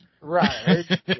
Right